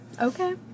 Okay